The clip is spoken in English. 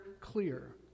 clear